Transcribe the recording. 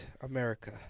America